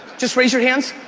just raise your hands.